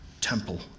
temple